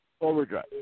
Overdrive